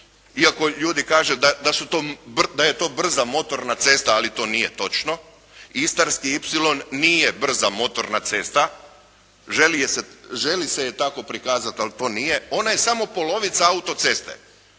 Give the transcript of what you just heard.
iako ljudi kažu da je to brza motorna cesta ali to nije točno. Istarski ipsilon nije brza motorna cesta. Želi se je tako prikazati, ali to nije. Ona je samo polovica autoceste.